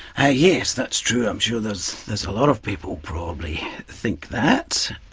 ah yes, that's true. i'm sure there's there's a lot of people probably think that.